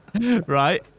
right